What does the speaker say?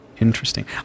interesting